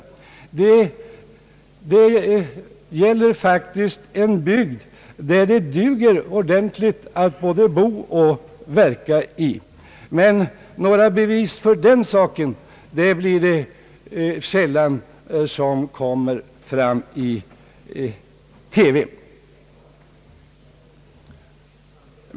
Det gäller faktiskt en bygd som duger ordentligt att både bo och verka i. Några bevis för den saken kommer dock sällan fram i TV.